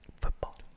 football